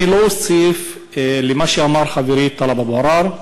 אני לא אוסיף על מה שאמר חברי טלב אבו עראר,